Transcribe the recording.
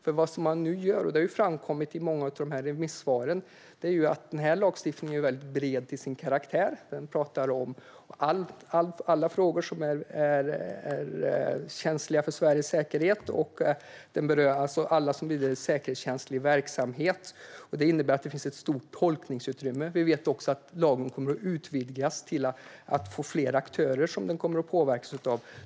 Det har framkommit i många av remissvaren att denna lagstiftning är väldigt bred till sin karaktär. Den rymmer alla frågor som är känsliga för Sveriges säkerhet. Den berör alltså alla som bedriver säkerhetskänslig verksamhet. Det innebär att det finns ett stort tolkningsutrymme. Vi vet också att lagen kommer att utvidgas. Det blir fler aktörer som den kommer att påverkas av.